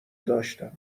داشتم